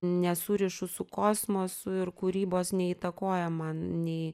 nesurišu su kosmosu ir kūrybos neįtakoja man nei